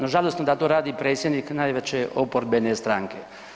No, žalosno da to radi predsjednik najveće oporbene stranke.